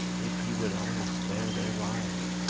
if he would only spare their lives.